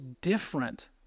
different